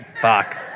Fuck